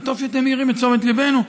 וטוב שאתם מעירים את תשומת ליבנו,